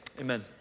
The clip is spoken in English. amen